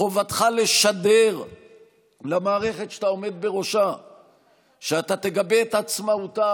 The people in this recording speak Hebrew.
חובתך לשדר למערכת שאתה עומד בראשה שאתה תגבה את עצמאותה,